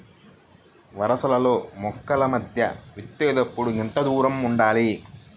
వరసలలో మొక్కల మధ్య విత్తేప్పుడు ఎంతదూరం ఉండాలి?